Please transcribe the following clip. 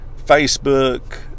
Facebook